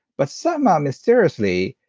but somehow, mysteriously,